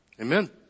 Amen